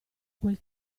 quel